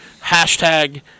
hashtag